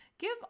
Give